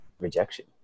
rejection